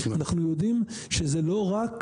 אנחנו יודעים שזה לא רק